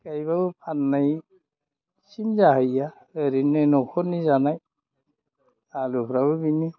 गायब्लाबो फाननायसिन जाहैया ओरैनो न'खरनि जानाय आलुफ्राबो बेनो